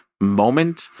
moment